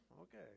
okay